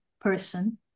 person